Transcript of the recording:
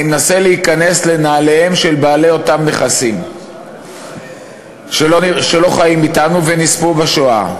אני מנסה להיכנס לנעליהם של בעלי אותם נכסים שלא חיים אתנו ונספו בשואה,